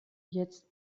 jetzt